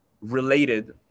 related